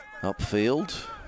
upfield